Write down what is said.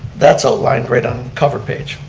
that's outlined right on cover page.